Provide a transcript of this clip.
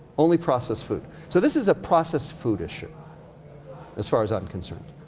only processed food. so this is a processed food issue as far as i'm concerned.